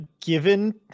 given